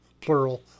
plural